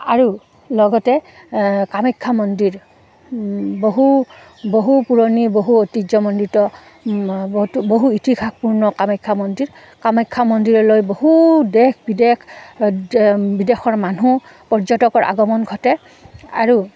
আৰু লগতে কামাখ্যা মন্দিৰ বহু বহু পুৰণি বহু ঐতিহ্যমণ্ডিত বহুতো বহু ইতিহাসপূৰ্ণ কামাখ্যা মন্দিৰ কামাখ্যা মন্দিৰলৈ বহু দেশ বিদেশ বিদেশৰ মানুহ পৰ্যটকৰ আগমন ঘটে আৰু